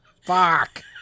Fuck